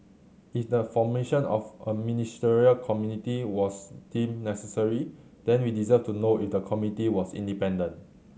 if the formation of a Ministerial Committee was deemed necessary then we deserve to know if the committee was independent